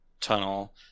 tunnel